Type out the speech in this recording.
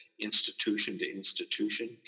institution-to-institution